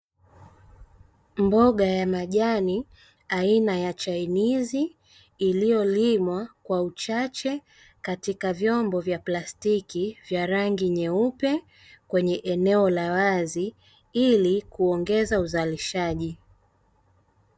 Mboga ya majani aina ya chainizi, iliyolimwa kwa uchache katika vyombo vya plastiki vya rangi nyeupe, kwenye eneo la wazi, ili kuongeza uzalishaji.